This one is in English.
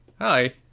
hi